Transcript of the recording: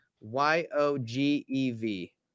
Y-O-G-E-V